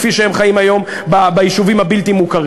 כפי שהם חיים היום ביישובים הבלתי-מוכרים.